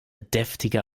deftige